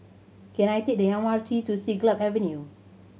can I take the M R T to Siglap Avenue